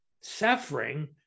Suffering